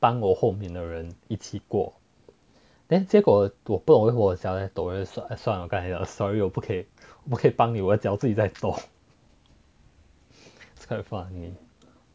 帮我后面的人一起过 then 结果我不懂我的脚在抖 then 算了算我跟他讲 sorry 我不可以我不可以帮你我脚自己在动